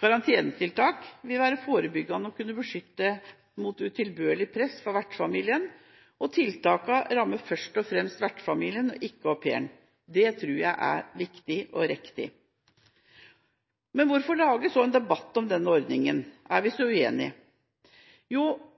Karantenetiltak vil være forebyggende og vil kunne beskytte mot utilbørlig press fra vertsfamilien. Tiltaket rammer først og fremst vertsfamilien, ikke au pairen. Det tror jeg er viktig og riktig. Hvorfor lage en debatt om denne ordningen – er vi så